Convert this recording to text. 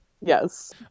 Yes